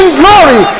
glory